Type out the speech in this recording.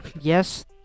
Yes